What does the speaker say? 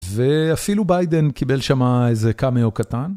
ואפילו ביידן קיבל שם איזה קאמאו קטן.